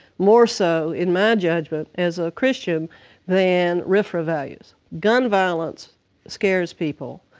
more so in my judgment as a christian than rfra values. gun violence scares people.